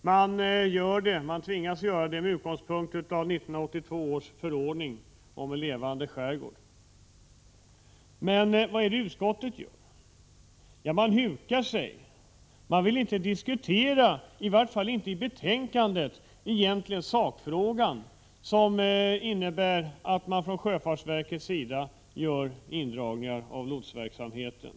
Man tvingas ha sådana överläggningar med utgångspunkt i 1982 års förordning om en levande skärgård. Men utskottet hukar och vill egentligen inte — i varje fall inte i betänkandet — diskutera sakfrågan, som innebär att sjöfartsverket planerar nedskärningar i lotsverksamheten.